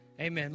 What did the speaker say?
amen